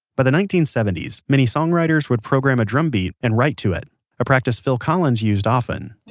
by the nineteen seventy s, many songwriters would program a drum beat and write to it a practice phil collins used often,